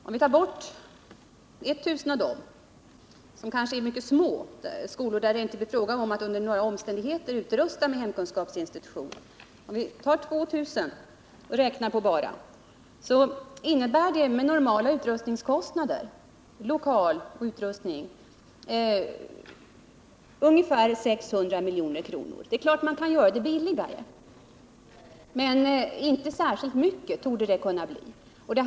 Om vi tar bort 1 000 av dem — skolor som kanske är mycket små, och där det inte under några omständigheter blir fråga om att utrusta med hemkunskapsinstitutioner — och räknar med bara 2 000 så innebär det med normala utrustningskostnader, för lokaler och utrustning, ungefär 600 milj.kr. Det är klart att man kan göra det billigare, men det torde inte kunna bli särskilt mycket.